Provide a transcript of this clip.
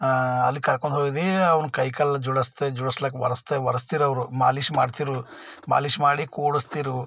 ಆಂ ಅಲ್ಲಿ ಕರ್ಕೊಂಡ್ಹೋಗಿ ಅವ್ನ ಕೈಕಾಲು ಜೋಡಿಸ್ತೆ ಜೋಡಿಸ್ಲಿಕ್ಕೆ ಒರೆಸ್ತೆ ಒರೆಸ್ತಿರವರು ಮಾಲೀಷು ಮಾಡ್ತಿರು ಮಾಲೀಷು ಮಾಡಿ ಕೂಡಿಸ್ತಿರು